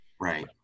Right